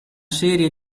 serie